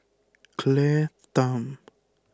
Claire Tham